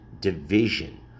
division